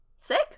Sick